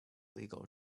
legal